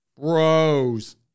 Bros